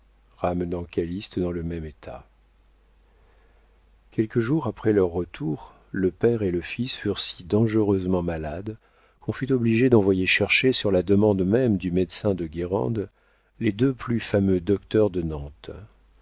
ramenant calyste dans le même état quelques jours après leur retour le père et le fils furent si dangereusement malades qu'on fut obligé d'envoyer chercher sur la demande même du médecin de guérande les deux plus fameux docteurs de nantes